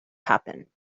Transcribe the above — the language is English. happen